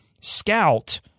scout